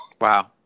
Wow